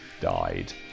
died